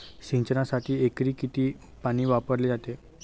सिंचनासाठी एकरी किती पाणी वापरले जाते?